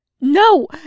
No